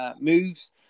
moves